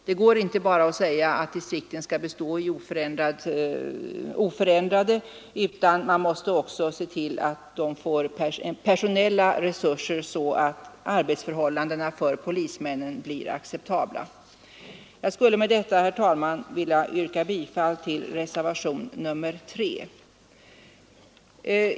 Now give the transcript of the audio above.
Det går inte att bara säga att distrikten skall bestå oförändrade, utan man måste också se till att de får personella resurser så att arbetsförhållandena för polisen blir acceptabla. Herr talman! Jag ber med detta att få yrka bifall till reservationen 3.